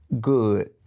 good